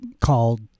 called